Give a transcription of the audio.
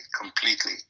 completely